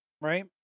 Right